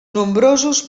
nombrosos